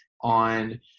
on